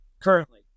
currently